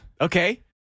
Okay